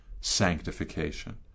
sanctification